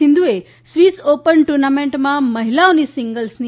સિંધુએ Swiss open ટૂર્નામેન્ટમાં મહિલાઓની સિંગ્લસની